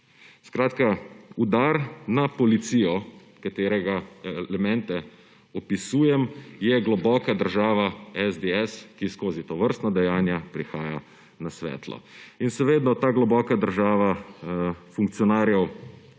Skratka, udar na policijo, katerega elemente opisujem, je globoka država SDS, ki skozi tovrstna dejanja prihaja na svetlo. Seveda ta globoka država funkcionarjev